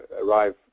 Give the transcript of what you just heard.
arrive